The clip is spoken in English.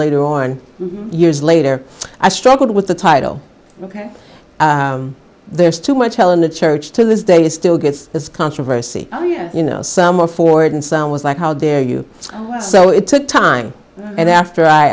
later on years later i struggled with the title ok there's too much hell in the church to this day still gets this controversy oh yeah you know some of ford and some was like how dare you i was so it took time and after i